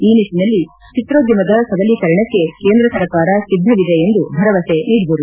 ಈ ನಿಟ್ಟನಲ್ಲಿ ಚಿತ್ರೋದ್ಯಮದ ಸಬಲೀಕರಣಕ್ಕೆ ಕೇಂದ್ರ ಸರ್ಕಾರ ಸಿದ್ದವಿದೆ ಎಂದು ಭರವಸೆ ನೀಡಿದರು